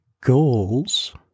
goals